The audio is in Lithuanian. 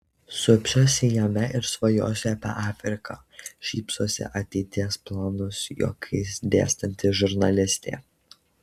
supsiuosi jame ir svajosiu apie afriką šypsosi ateities planus juokais dėstanti žurnalistė